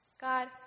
God